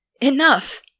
Enough